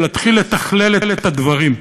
ולהתחיל לתכלל את הדברים.